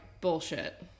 bullshit